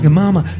mama